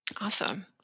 Awesome